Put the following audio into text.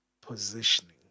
positioning